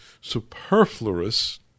superfluous